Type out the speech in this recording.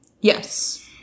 Yes